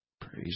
praise